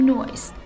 Noise 》 ，